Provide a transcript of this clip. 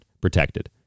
protected